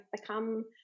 become